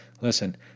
listen